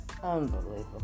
Unbelievable